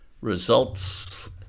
results